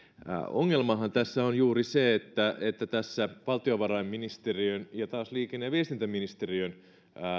ongelmahan tässä on juuri se että että valtiovarainministeriön ja liikenne ja viestintäministeriön